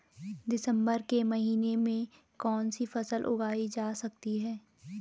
दिसम्बर के महीने में कौन सी फसल उगाई जा सकती है?